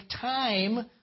time